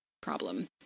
problem